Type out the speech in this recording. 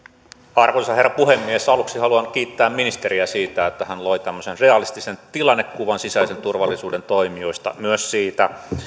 arvoisa herra puhemies aluksi haluan kiittää ministeriä siitä että hän loi tämmöisen realistisen tilannekuvan sisäisen turvallisuuden toimijoista myös siitä